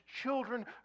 children